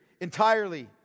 entirely